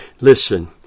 Listen